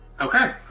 Okay